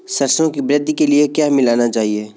सरसों की वृद्धि के लिए क्या मिलाना चाहिए?